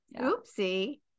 oopsie